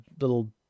little